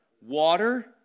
Water